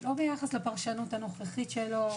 לא ביחס לפרשנות הנוכחית שלו,